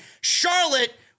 Charlotte